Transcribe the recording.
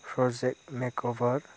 प्रजेक मेकअभार